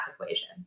equation